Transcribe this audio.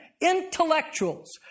Intellectuals